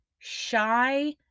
Shy